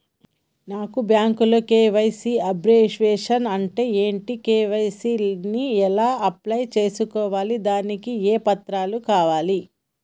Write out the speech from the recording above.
నాకు బ్యాంకులో KYC abbreviation అంటే ఏంటి కే.వై.సీ ని ఎలా అప్లై చేసుకోవాలి దానికి ఏ పత్రాలు కావాలి?